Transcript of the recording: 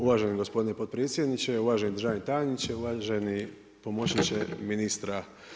Uvaženi gospodine potpredsjedniče, uvaženi državni tajniče, uvaženi pomoćniče ministra.